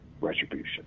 retribution